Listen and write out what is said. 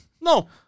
No